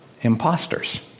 imposters